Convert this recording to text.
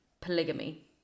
polygamy